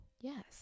Yes